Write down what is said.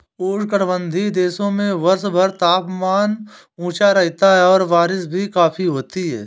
उष्णकटिबंधीय देशों में वर्षभर तापमान ऊंचा रहता है और बारिश भी काफी होती है